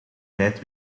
tijd